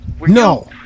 No